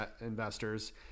investors